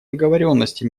договоренности